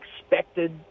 expected